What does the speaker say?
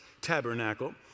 tabernacle